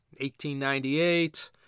1898